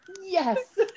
Yes